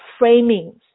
framings